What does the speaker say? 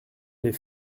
les